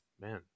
Man